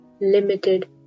limited